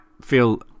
feel